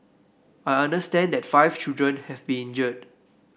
I understand that five children have been injured